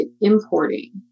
importing